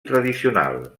tradicional